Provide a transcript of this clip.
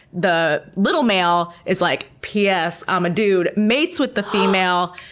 the little male is like, p s, i'm a dude, mates with the female,